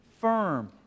firm